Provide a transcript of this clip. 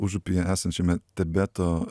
užupyje esančiame tibeto